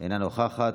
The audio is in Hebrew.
אינה נוכחת.